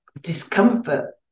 discomfort